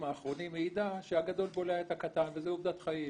האחרונים מעידה שהגדול בולע את הקטן וזו עובדת חיים.